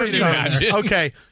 Okay